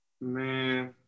Man